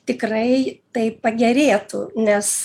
tikrai taip pagerėtų nes